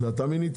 זה אתה מינית?